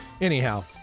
anyhow